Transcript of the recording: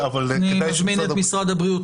אני מזמין את משרד הבריאות.